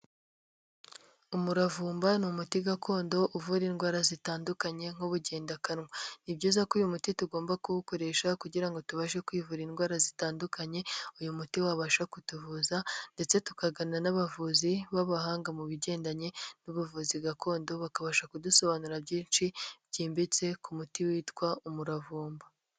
Umuravumba ni umuti gakondo uvura indwara zitandukanye nk'ubugendakanwa. Ni byiza ko uyu muti tugomba kuwukoresha kugira ngo tubashe kwivura indwara zitandukanye uyu muti wabasha kutuvuza ndetse tukagana n'abavuzi b'abahanga mu bigendanye n'ubuvuzi gakondo bakabasha kudusobanurira byinshi byimbitse ku muti witwa umuravumba.